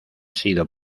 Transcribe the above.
sido